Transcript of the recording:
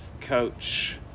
coach